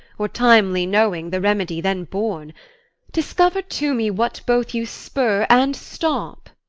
or, timely knowing, the remedy then born discover to me what both you spur and stop.